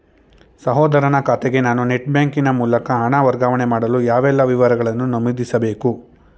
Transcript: ಸಹೋದರನ ಖಾತೆಗೆ ನಾನು ನೆಟ್ ಬ್ಯಾಂಕಿನ ಮೂಲಕ ಹಣ ವರ್ಗಾವಣೆ ಮಾಡಲು ಯಾವೆಲ್ಲ ವಿವರಗಳನ್ನು ನಮೂದಿಸಬೇಕು?